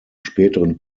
späten